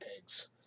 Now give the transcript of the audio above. pigs